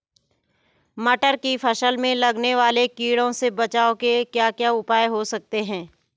मटर की फसल में लगने वाले कीड़ों से बचाव के क्या क्या उपाय हो सकते हैं?